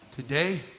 Today